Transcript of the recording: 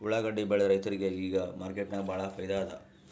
ಉಳ್ಳಾಗಡ್ಡಿ ಬೆಳದ ರೈತರಿಗ ಈಗ ಮಾರ್ಕೆಟ್ನಾಗ್ ಭಾಳ್ ಫೈದಾ ಅದಾ